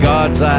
God's